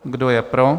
Kdo je pro?